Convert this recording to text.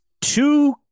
two